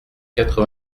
quatre